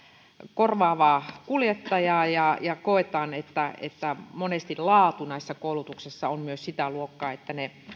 korvaavaa kuljettajaa ja ja koetaan että että monesti laatu näissä koulutuksissa on myös sitä luokkaa että ne